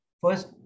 first